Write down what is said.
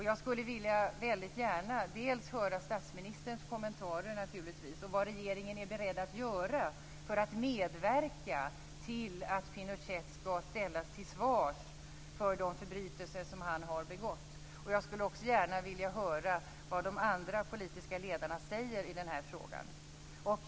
Jag skulle väldigt gärna vilja höra statsministerns kommentarer om vad regeringen är beredd att göra för att medverka till att Pinochet ställs till svars för de förbrytelser som han har begått. Jag skulle också gärna vilja höra vad de andra politiska ledarna säger i denna fråga.